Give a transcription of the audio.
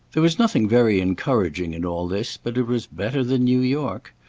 there was nothing very encouraging in all this, but it was better than new york.